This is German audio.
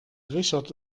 richard